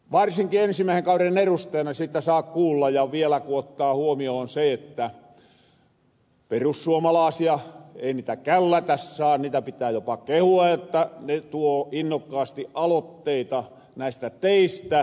varsinki ensimmäisen kauren erustajana siitä saa kuulla ja vielä ku ottaa huomioon sen että perussuomalaasia ei niitä källätä saa niitä pitää jopa kehua että ne tuo innokkaasti alotteita näistä teistä